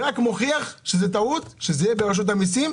זה רק מוכיח שזה טעות שזה יהיה ברשות המיסים.